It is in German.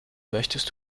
möchtest